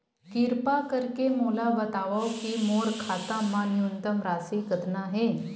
किरपा करके मोला बतावव कि मोर खाता मा न्यूनतम राशि कतना हे